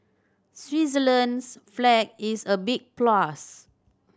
Switzerland's flag is a big plus